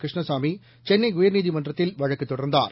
கிருஷ்ணசாமி சென்னை உயர்நீதிமன்றத்தில் வழக்கு தொடர்ந்தார்